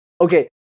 okay